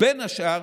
בין השאר